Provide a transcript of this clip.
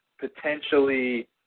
potentially